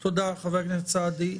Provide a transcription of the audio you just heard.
תודה, חבר הכנסת סעדי.